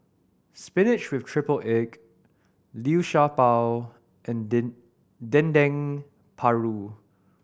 spinach with triple egg Liu Sha Bao and Dendeng Paru